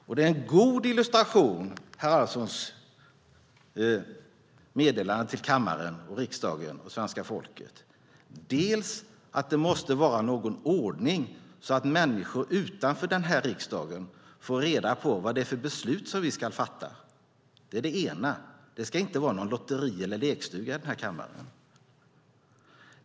Och herr Alfssons meddelande till kammaren, riksdagen och svenska folket är en god illustration av att det måste vara någon ordning, så att människor utanför den här riksdagen får reda på vad det är för beslut som vi ska fatta. Det är det ena. Det ska inte vara något lotteri eller någon lekstuga i den här kammaren.